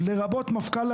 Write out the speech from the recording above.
המשטרה, לרבות המפכ"ל,